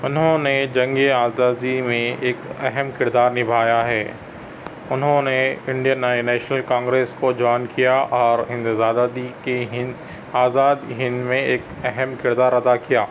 اُنہوں نے جنگِ آزادی میں ایک اہم کردار نبھایا ہے اُنہوں نے انڈین نئے نیشنل کانگریس کو جوائن کیا اور ہند آزادی کے ہند آزاد ہند میں ایک اہم کردار ادا کیا